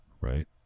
right